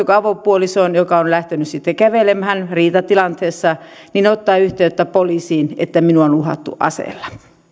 kuin että avopuoliso joka on lähtenyt sitten kävelemään riitatilanteessa ottaa yhteyttä poliisiin että minua on uhattu aseella